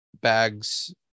bags